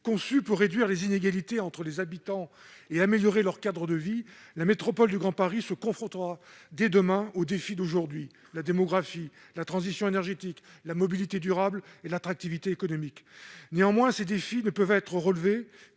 Conçue pour réduire les inégalités entre les habitants et améliorer leur cadre de vie, la métropole du Grand Paris se confrontera dès demain aux défis d'aujourd'hui : la démographie, la transition énergétique, la mobilité durable et l'attractivité économique. Néanmoins, ces défis ne pourront être relevés